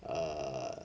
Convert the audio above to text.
err